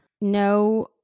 no